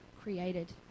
created